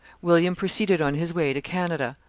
william proceeded on his way to canada,